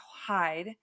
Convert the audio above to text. hide